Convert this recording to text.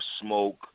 Smoke